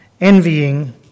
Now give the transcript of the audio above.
envying